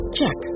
Check